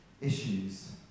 issues